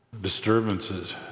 disturbances